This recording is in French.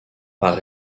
par